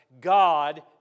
God